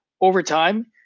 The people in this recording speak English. Overtime